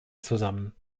zusammen